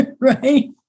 Right